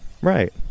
Right